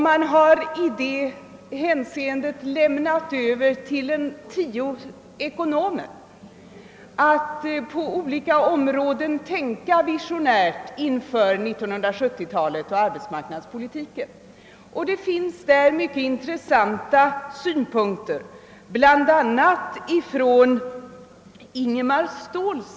Man har i detta hänseende uppdragit åt tio ekonomer att på olika områden tänka visionärt inför 1970-talets arbetsmarknadspolitik. Det finns i detta sammanhang mycket intressanta synpunkter, bl.a. från Ingemar Ståhl.